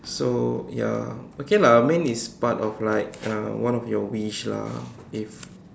so ya okay lah I mean it's part of like uh one of your wish lah if